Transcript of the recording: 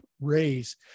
Raise